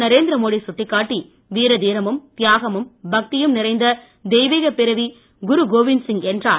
நரேந்திர மோடி சுட்டிக்காட்டி வீர தீரமும் தியாகமும் பக்தியும் நிறைந்த தெய்வீக பிறவி குரு கோவிந்த் சிங் என்றார்